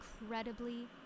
incredibly